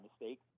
mistake